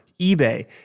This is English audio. eBay